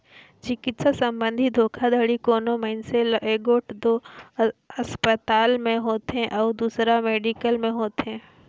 चिकित्सा संबंधी धोखाघड़ी कोनो मइनसे ल एगोट दो असपताल में होथे अउ दूसर मेडिकल में होथे